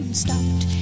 stopped